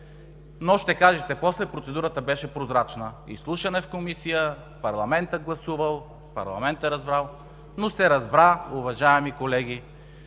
ще кажете: „Процедурата беше прозрачна – изслушване в комисия, парламентът гласувал, парламентът разбрал.“ Разбра се, уважаеми колеги,